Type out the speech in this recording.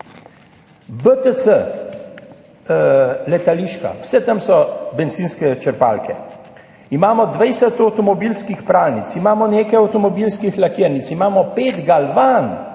BTC Letališka, povsod tam so bencinske črpalke. Imamo 20 avtomobilskih pralnic, imamo nekaj avtomobilskih lakirnic. Imamo pet galvan,